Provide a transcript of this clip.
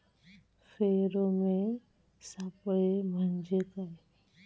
Pheromone सापळे म्हंजे काय?